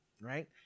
right